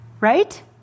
Right